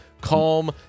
Calm